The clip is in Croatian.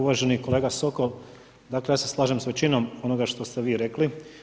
Uvaženi kolega Sokol, dakle, ja se slažem s većinom onoga što ste vi rekli.